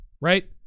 right